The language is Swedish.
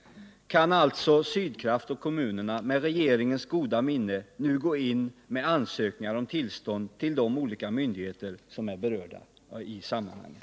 Kan alltså Sydkraft och kommunerna med regeringens goda minne nu gå in med ansökningar om tillstånd till de olika myndigheter som är berörda i sammanhanget?